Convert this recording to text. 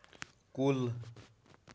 کُل